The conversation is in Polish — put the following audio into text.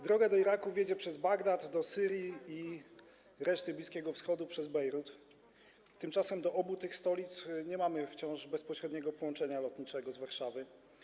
Droga do Iraku wiedzie przez Bagdad, do Syrii i reszty Bliskiego Wschodu - przez Bejrut, tymczasem do obu tych stolic nie mamy wciąż bezpośredniego połączenia lotniczego z Warszawy.